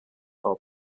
top